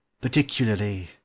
particularly